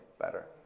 better